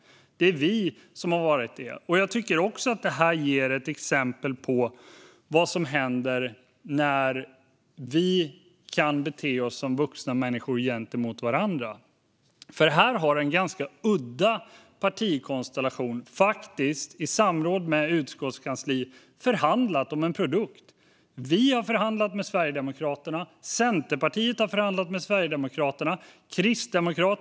Det är vi som har varit det. Jag tycker också att detta är ett exempel på vad som händer när vi kan bete oss som vuxna människor gentemot varandra. Här har nämligen en ganska udda partikonstellation faktiskt, i samråd med utskottskansliet, förhandlat om en produkt. Vi, Centerpartiet och Kristdemokraterna har förhandlat med Sverigedemokraterna.